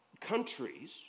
countries